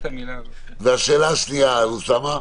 והשאלה השנייה, אוסאמה?